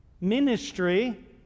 ministry